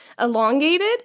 elongated